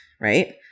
right